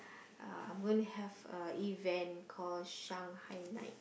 uh I'm going to have a event call Shanghai night